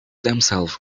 themselves